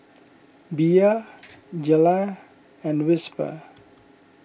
Bia Gelare and Whisper